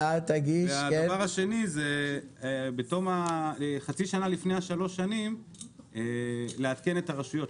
הדבר השני בתום חצי שנה לפני השלוש שנים לעדכן את הרשויות.